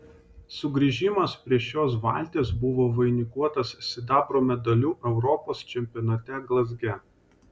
sugrįžimas prie šios valties buvo vainikuotas sidabro medaliu europos čempionate glazge